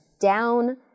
down